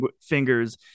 fingers